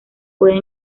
puede